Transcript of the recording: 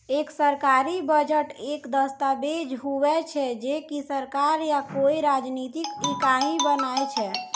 एक सरकारी बजट एक दस्ताबेज हुवै छै जे की सरकार या कोय राजनितिक इकाई बनाय छै